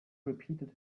repeated